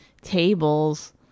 tables